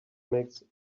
makes